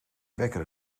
wekker